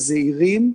הזעירים,